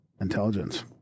intelligence